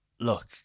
look